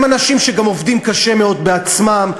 הם אנשים שגם עובדים קשה מאוד בעצמם,